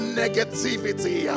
negativity